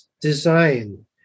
design